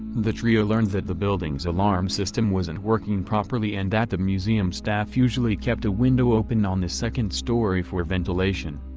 the trio learned that the building's alarm system wasn't working properly and that the museum staff usually kept a window open on the second story for ventilation.